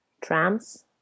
trams